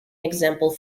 example